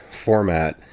format